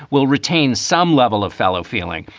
will retain some level of. fellow feeling,